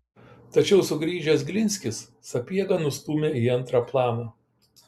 tačiau sugrįžęs glinskis sapiegą nustūmė į antrą planą